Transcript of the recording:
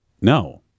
No